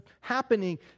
happening